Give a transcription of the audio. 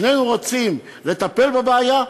שנינו רוצים לטפל בבעיה,